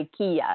Ikea